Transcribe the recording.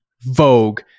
Vogue